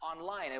online